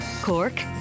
Cork